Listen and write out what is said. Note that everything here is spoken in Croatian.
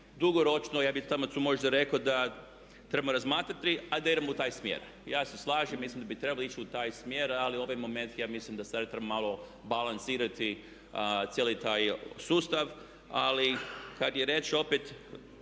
dugoročno ja bih samo tu možda rekao da trebamo razmatrati da idemo u tom smjeru. Ja se slažem, mislim da bismo trebali ići u tom smjeru ali u ovom momentu ja mislim da sad trebamo malo balansirati cijeli taj sustav. Ali kad je riječ opet,